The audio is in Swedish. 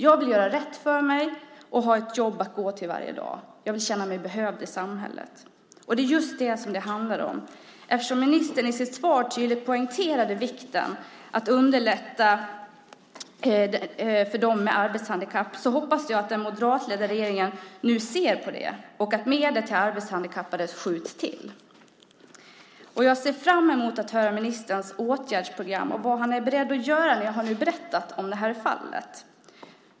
Jag vill göra rätt för mig och ha ett jobb att gå till varje dag. Jag vill känna mig behövd i samhället. Det är just detta som det handlar om. I sitt svar poängterade ministern tydligt vikten av att man underlättar för dem med arbetshandikapp, och därför hoppas jag att den moderatledda regeringen nu ser på detta och att medel till arbetshandikappade skjuts till. Jag ser fram emot att höra ministerns åtgärdsprogram och vad han är beredd att göra när jag nu har berättat om det här fallet.